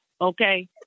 okay